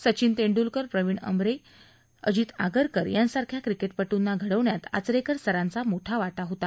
सचिन तेंड्लकर प्रविण आमरे अजित आगरकर यांसारख्या क्रिकेटपटूंना घडवण्यात आचरेकर सरांचा मोठा वाटा होता